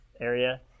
area